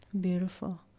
Beautiful